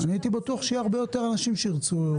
הייתי בטוח שיהיו הרבה יותר אנשים שירצו לדבר.